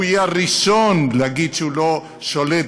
הוא יהיה הראשון להגיד שהוא לא שולט